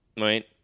right